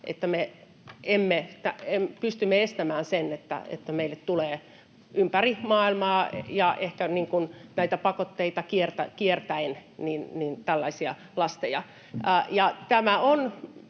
että me pystymme estämään sen, että meille tulee ympäri maailmaa ja ehkä näitä pakotteita kiertäen tällaisia lasteja. Me